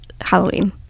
halloween